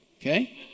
okay